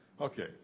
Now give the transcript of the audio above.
Okay